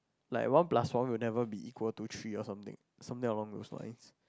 like one plus one will never be equal to three or something something along those lines